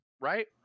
right